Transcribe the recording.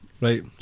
Right